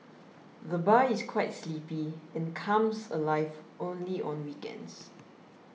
the bar is quite sleepy and comes alive only on weekends